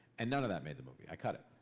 and none of that made the movie. i cut it.